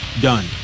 done